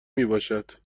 میباشد